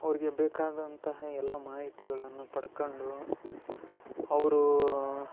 ಅವ್ರಿಗೆ ಬೇಕಾದಂತಹ ಎಲ್ಲ ಮಾಹಿತಿಗಳನ್ನು ಪಡ್ಕೊಂಡು ಅವರು